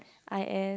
I S